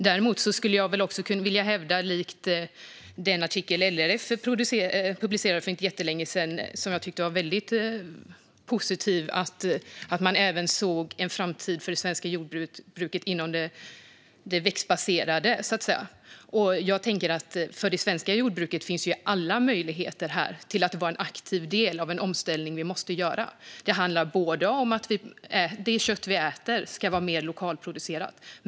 Däremot vill jag hävda, precis som gjordes i den artikel som LRF publicerade för inte så länge sedan, att det finns en framtid för det svenska jordbruket även för det växtbaserade, vilket är väldigt positivt. För det svenska jordbruket finns här alla möjligheter att vara en aktiv del av den omställning som vi måste göra. Det handlar om att det kött som vi äter ska vara mer lokalproducerat.